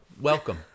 welcome